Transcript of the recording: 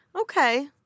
Okay